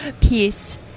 peace